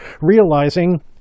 realizing